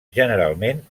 generalment